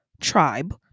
tribe